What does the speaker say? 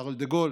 שארל דה גול,